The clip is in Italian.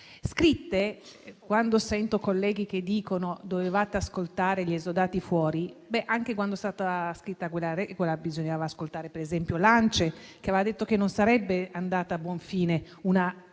scritte male. Quando sento i colleghi che dicono «dovevate ascoltare gli esodati fuori», rispondo che anche quando è stata scritta quella regola bisognava ascoltare per esempio l'ANCE, che aveva detto che non sarebbe andata a buon fine, scritta